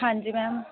ਹਾਂਜੀ ਮੈਮ